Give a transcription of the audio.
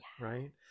Right